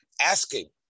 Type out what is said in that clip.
asking